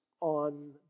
on